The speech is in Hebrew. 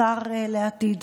השר לעתיד,